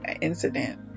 incident